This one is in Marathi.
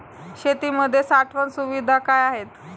शेतीमध्ये साठवण सुविधा काय आहेत?